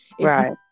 Right